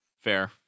Fair